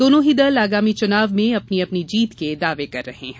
दोनों ही दल आगामी चुनाव में अपनी अपनी जीत के दावे कर रहे हैं